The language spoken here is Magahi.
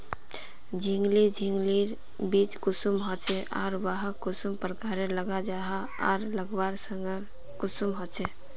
झिंगली झिंग लिर बीज कुंसम होचे आर वाहक कुंसम प्रकारेर लगा जाहा आर लगवार संगकर कुंसम होचे?